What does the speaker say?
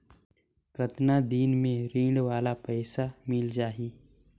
कतना दिन मे ऋण वाला पइसा मिल जाहि?